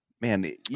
man